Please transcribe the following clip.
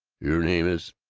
your name is?